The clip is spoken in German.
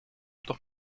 doch